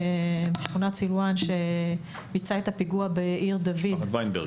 משכונת סילוואן שביצע את הפיגוע בעיר דוד.